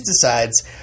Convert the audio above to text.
decides